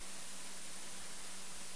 אני מקווה ואני רוצה להאמין שאכן המאמצים האלה